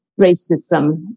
racism